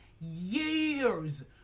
Years